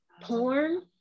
porn